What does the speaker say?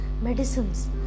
medicines